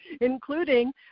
including